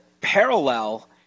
parallel